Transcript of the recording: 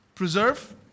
Preserve